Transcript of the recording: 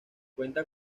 cuenta